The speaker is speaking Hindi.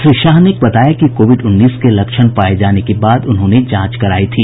श्री शाह ने बताया कि कोविड उन्नीस के लक्षण पाए जाने के बाद उन्होंने जांच कराई थी